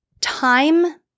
time